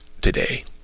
today